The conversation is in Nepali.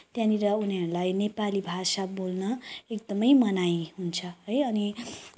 त्यहाँनिर उनीहरूलाई नेपाली भाषा बोल्न एकदमै मनाही हुन्छ है अनि